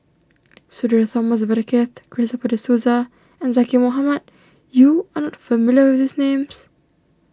Sudhir Thomas Vadaketh Christopher De Souza and Zaqy Mohamad you are not familiar with these names